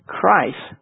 Christ